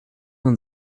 man